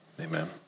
amen